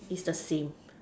is the same